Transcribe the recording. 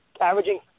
averaging